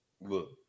look